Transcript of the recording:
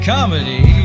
Comedy